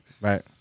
Right